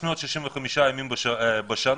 365 ימים בשנה,